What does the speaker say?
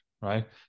right